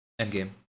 Endgame